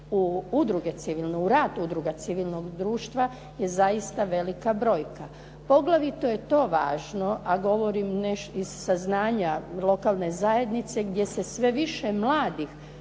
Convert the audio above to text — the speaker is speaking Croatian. u rad udruga civilnog društva, je zaista velika brojka. Poglavito je to važno, a govorim iz saznanja lokalne zajednice, gdje se sve više mladih